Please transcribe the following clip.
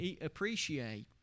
appreciate